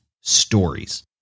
stories